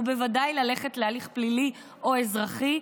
ובוודאי ללכת להליך פלילי או אזרחי.